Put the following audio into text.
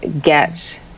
get